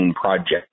Project